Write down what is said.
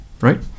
right